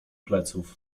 pleców